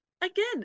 Again